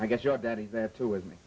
i guess your daddy there too with me